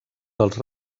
dels